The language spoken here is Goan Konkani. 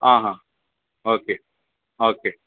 हय हा हा ओके ओके